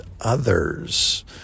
others